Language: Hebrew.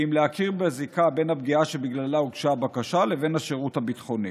להכיר בזיקה של הפגיעה שבגללה הוגשה הבקשה לשירות הביטחוני.